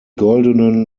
goldenen